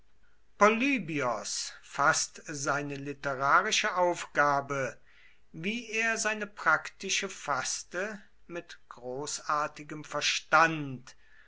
polybios faßt seine literarische aufgabe wie er seine praktische faßte mit großartigem verstand